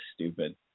stupid